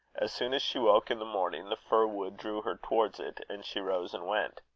as soon as she woke in the morning, the fir-wood drew her towards it, and she rose and went.